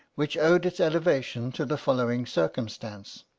which owed its elevation to the following circumstance.